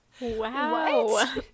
wow